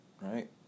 Right